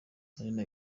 aline